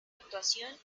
actuación